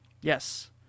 Yes